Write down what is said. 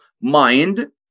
mind